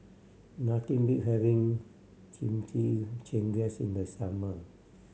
nothing beat having Chimichangas in the summer